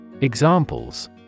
Examples